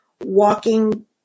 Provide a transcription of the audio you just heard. walking